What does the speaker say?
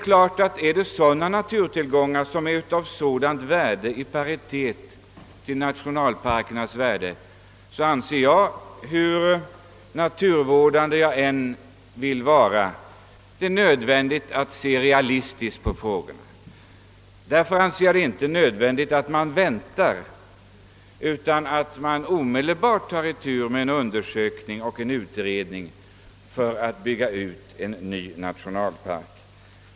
Står dessa naturtillgångars värde i paritet med nationalparkerna, anser jag — hur naturvårdande jag än vill vara — det nödvändigt att se realistiskt på saken. Därför finner jag det inte erforderligt att vänta. Man bör omedelbart ta itu med en undersökning och utredning om att avsätta en ny nationalpark.